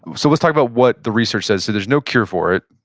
so, let's talk about what the research says. so, there's no cure for it,